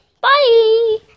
bye